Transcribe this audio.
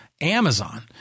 Amazon